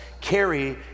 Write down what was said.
carry